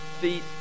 feet